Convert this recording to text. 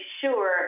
sure